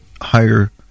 higher